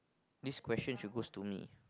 this question should goes to me